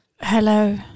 Hello